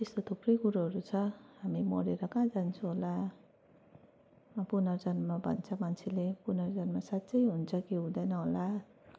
त्यस्तो थुप्रै कुरोहरू छ हामी मरेर कहाँ जान्छौँ होला पुनर्जन्म भन्छ मान्छेले पुनर्जन्म साँच्चै हुन्छ कि हुँदैन होला